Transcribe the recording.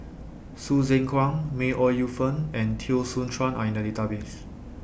Hsu Tse Kwang May Ooi Yu Fen and Teo Soon Chuan Are in The Database